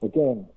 Again